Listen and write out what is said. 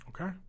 Okay